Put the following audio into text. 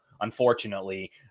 Unfortunately